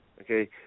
Okay